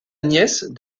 nièce